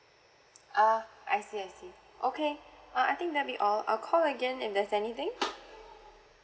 err I see I see okay uh I think that will be all I will call again if there's anything